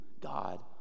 God